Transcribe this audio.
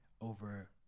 over